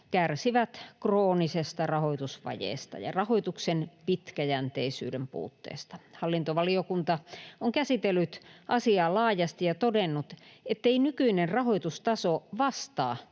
kärsivät kroonisesta rahoitusvajeesta ja rahoituksen pitkäjänteisyyden puutteesta. Hallintovaliokunta on käsitellyt asiaa laajasti ja todennut, ettei nykyinen rahoitustaso vastaa